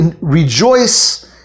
rejoice